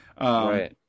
Right